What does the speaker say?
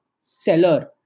seller